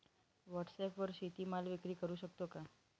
व्हॉटसॲपवर शेती माल विक्री करु शकतो का?